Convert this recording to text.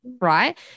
right